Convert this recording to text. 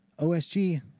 OSG